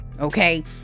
okay